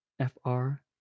F-R